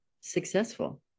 successful